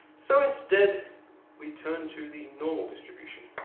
so, instead we turn to the normal distribution.